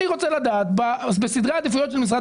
אני רוצה לדעת בסדרי העדיפויות של משרד